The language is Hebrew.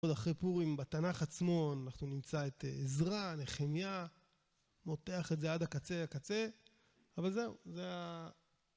אחרי פורים בתנ״ך עצמו אנחנו נמצא את עזרה, נחמיה, מותח את זה עד הקצה לקצה, אבל זהו זה ה...